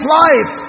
life